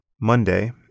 Monday